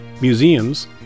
museums